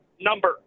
number